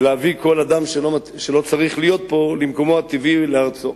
להביא כל אדם שלא צריך להיות פה למקומו הטבעי ולארצו.